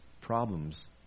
problems